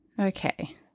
Okay